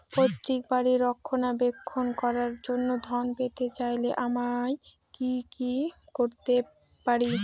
পৈত্রিক বাড়ির রক্ষণাবেক্ষণ করার জন্য ঋণ পেতে চাইলে আমায় কি কী করতে পারি?